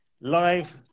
live